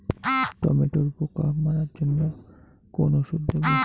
টমেটোর পোকা মারার জন্য কোন ওষুধ দেব?